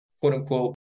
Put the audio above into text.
quote-unquote